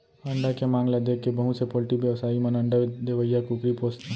अंडा के मांग ल देखके बहुत से पोल्टी बेवसायी मन अंडा देवइया कुकरी पोसथें